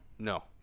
No